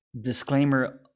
disclaimer